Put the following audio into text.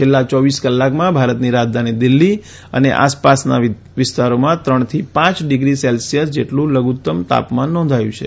છેલ્લાં ચોવીસ કલાકમાં ભારતની રાજધાની દિલ્ફી અને આસપાસના વિસ્તારોમાં ત્રણથી પાંચ ડિગ્રી સેલ્સિયસ જેટલું લધુત્તમ તાપમાન નોંધાયું છે